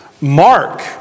Mark